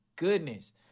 goodness